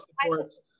supports